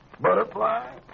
Butterfly